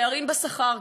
פערים בשכר,